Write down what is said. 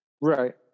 Right